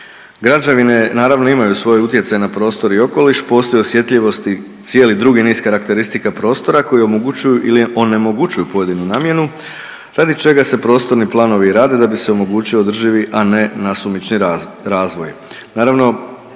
Građevine, naravno imaju svoj utjecaj na prostor i okoliš, postoje osjetljivosti i cijeli drugi niz karakteristika prostora koji omogućuju ili onemogućuju pojedinu namjenu, radi čega se prostorni planovi rade da bi se omogućio održivi, a ne nasumični razvoj.